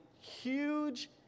huge